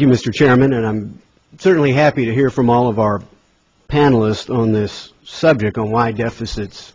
you mr chairman and i'm certainly happy to hear from all of our panelist on this subject on why deficits